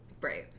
Right